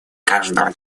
каждого